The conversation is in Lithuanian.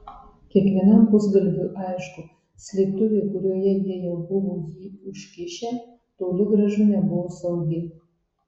kiekvienam pusgalviui aišku slėptuvė kurioje jie jau buvo jį užkišę toli gražu nebuvo saugi